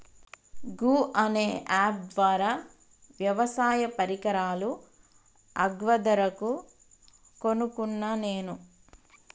గూ అనే అప్ ద్వారా వ్యవసాయ పరికరాలు అగ్వ ధరకు కొనుకున్న నేను